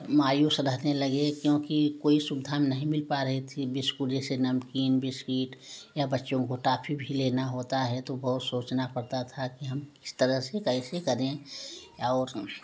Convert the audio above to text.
मायूस रहने लगे क्योंकि कोई सुविधा नहीं मिल पा रही थी बिस्कुट जैसे नमकीन बिस्किट या बच्चों को टॉफी भी लेना होता है तो बहुत सोचना पड़ता था कि हम किस तरह से कैसे करें और